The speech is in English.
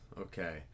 okay